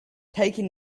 taking